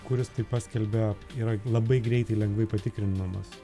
kuris tai paskelbė yra labai greitai ir lengvai patikrinamas